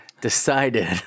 decided